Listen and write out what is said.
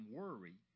worry